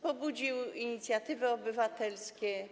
Pobudził inicjatywy obywatelskie.